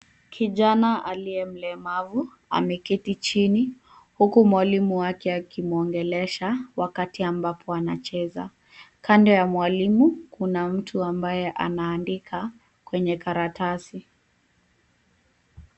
Kijana aliye mlemavu ameketi chini huku mwalimu wake akimwongelesha wakati ambapo anacheza. Kando ya mwalimu kuna mtu ambaye anaandika kwenye karatasi.